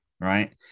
Right